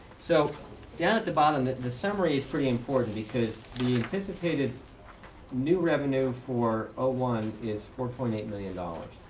so down at the bottom the the summary is pretty important because the anticipated new revenue for ah one is four point eight million dollars.